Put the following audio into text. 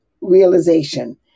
realization